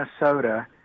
Minnesota